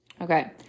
okay